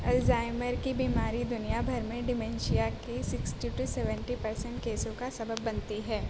Alzheimer کی بیماری دنیا بھر میں ڈیمنشیا کی سکسٹی ٹو سیونٹی پرسنٹ کیسوں کا سبب بنتی ہے